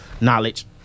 knowledge